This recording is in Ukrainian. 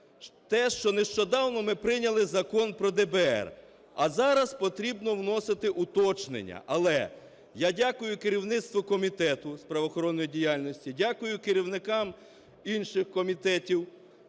Те, що ми нещодавно прийняли Закон про ДБР, а зараз необхідно вносити уточнення. Але я дякую керівництву Комітету з правоохоронної діяльності, дякую керівникам інших комітетів